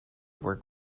were